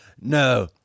no